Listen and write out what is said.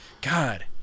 God